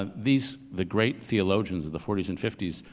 ah these, the great theologians of the forty s and fifty s,